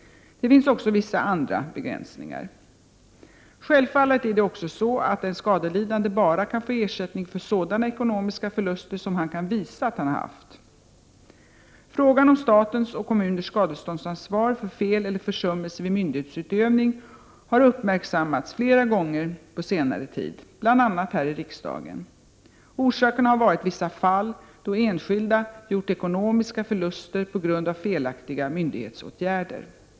Det finns också vissa andra begränsningar. Självfallet är det också så, att en skadelidande bara kan få ersättning för sådana ekonomiska förluster som han kan visa att han haft. Frågan om statens och kommuners skadeståndsansvar för fel eller försummelse vid myndighetsutövning har uppmärksammats flera gånger på senare tid, bl.a. här i riksdagen. Orsaken har varit vissa fall där enskilda gjort ekonomiska förluster på grund av felaktiga myndighetsåtgärder.